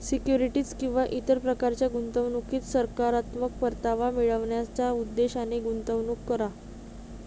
securities किंवा इतर प्रकारच्या गुंतवणुकीत सकारात्मक परतावा मिळवण्याच्या उद्देशाने गुंतवणूक करा